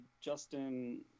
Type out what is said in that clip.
Justin